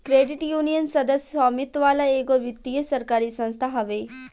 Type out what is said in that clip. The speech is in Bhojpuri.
क्रेडिट यूनियन, सदस्य स्वामित्व वाला एगो वित्तीय सरकारी संस्था हवे